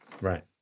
Right